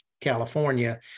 California